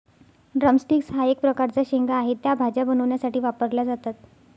drum sticks हा एक प्रकारचा शेंगा आहे, त्या भाज्या बनवण्यासाठी वापरल्या जातात